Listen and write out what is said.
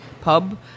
pub